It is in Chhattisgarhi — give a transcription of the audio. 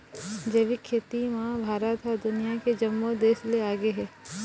जैविक खेती म भारत ह दुनिया के जम्मो देस ले आगे हे